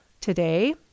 today